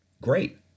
great